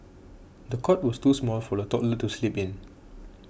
the cot was too small for the toddler to sleep in